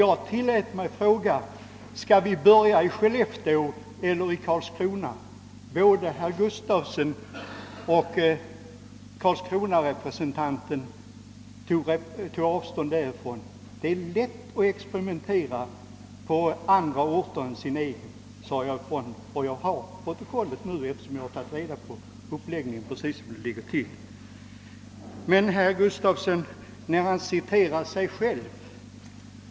Jag tillät mig fråga: Skall vi börja i Skellefteå eller i Karlskrona? Både herr Gustafsson och karlskronarepresentanten tog avstånd från det förslaget. Det är lätt att experimentera på andra orter än sin egen, sade jag då. Det protokollet har jag nu här, tillgängligt. Herr Gustafsson citerade sin egen interpellation från 1962.